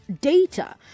data